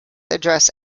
address